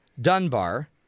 Dunbar—